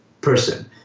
person